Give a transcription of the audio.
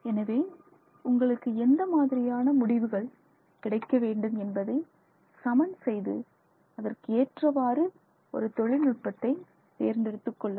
எனவே உங்களுக்கு எந்த மாதிரியான முடிவுகள் கிடைக்க வேண்டும் என்பதை சமன்செய்து அதற்கேற்றவாறு ஒரு தொழில்நுட்பத்தை தேர்ந்தெடுத்துக் கொள்ளுங்கள்